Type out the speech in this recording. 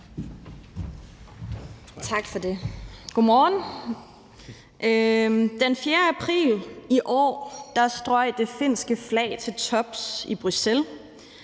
Tak for det. Godmorgen. Den 4. april i år strøg det finske flag til tops i Bruxelles